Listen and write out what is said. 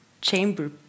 chamber